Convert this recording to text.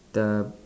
the